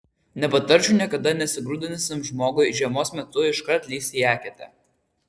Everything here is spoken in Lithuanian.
nepatarčiau niekada nesigrūdinusiam žmogui žiemos metu iškart lįsti į eketę